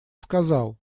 сказал